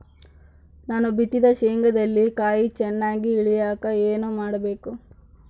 ನಾನು ಬಿತ್ತಿದ ಶೇಂಗಾದಲ್ಲಿ ಕಾಯಿ ಚನ್ನಾಗಿ ಇಳಿಯಕ ಏನು ಮಾಡಬೇಕು?